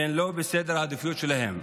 שהן לא בסדר העדיפויות שלו.